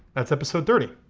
that's episode thirty,